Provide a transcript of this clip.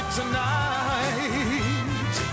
tonight